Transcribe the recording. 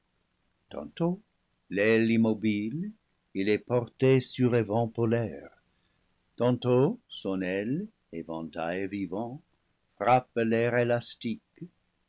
tantôt l'aile immobile il est porté sur les vents polaires tantôt son aile éventail vivant frappe l'air élastique